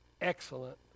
excellent